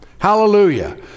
Hallelujah